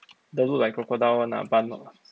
don't look like crocodile one lah but I know lah